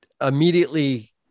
immediately